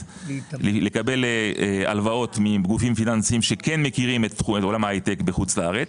לקבל הלוואות מגופים פיננסיים שכן מכירים את עולם ההייטק בחו"ל,